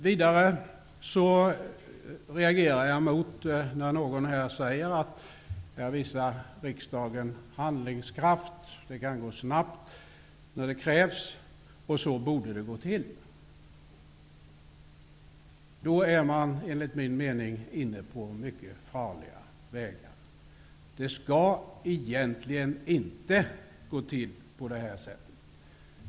Vidare reagerar jag emot när någon här säger att riksdagen i det här fallet visar handlingskraft, att det kan gå snabbt när det krävs och att det borde gå till så. Då är man enligt min mening inne på mycket farliga vägar. Det skall egentligen inte gå till på det här sättet.